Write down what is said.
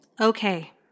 Okay